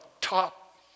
top